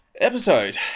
episode